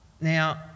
Now